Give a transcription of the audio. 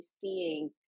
seeing